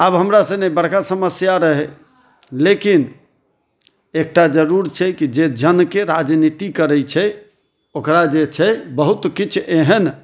आब हमरा सङ्गे बड़का समस्या रहै लेकिन एकटा जरूर छै जे जनके राजनीति करै छै ओकरा जे छै बहुत किछु एहन